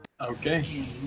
Okay